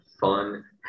fun